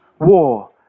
war